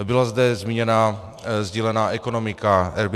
Byla zde zmíněna sdílená ekonomika, Airbnb.